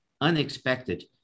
unexpected